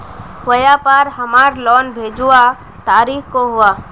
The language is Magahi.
व्यापार हमार लोन भेजुआ तारीख को हुआ?